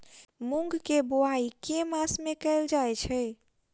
मूँग केँ बोवाई केँ मास मे कैल जाएँ छैय?